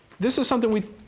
this is something we